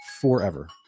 forever